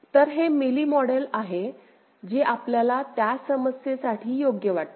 तर हे मेलि मॉडेल आहे जे आपल्याला त्या समस्ये साठी योग्य वाटते